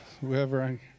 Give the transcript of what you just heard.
whoever